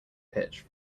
pitch